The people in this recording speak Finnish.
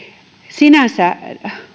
sinänsä